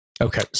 Okay